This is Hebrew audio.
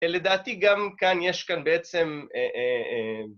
לדעתי גם כאן, יש כאן בעצם...